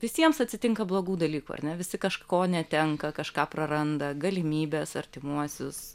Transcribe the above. visiems atsitinka blogų dalykų ar ne visi kažko netenka kažką praranda galimybes artimuosius